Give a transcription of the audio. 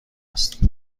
است